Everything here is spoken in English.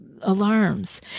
alarms